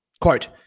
quote